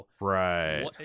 Right